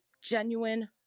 genuine